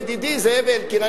ידידי זאב אלקין,